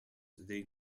they